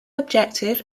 objective